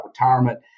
retirement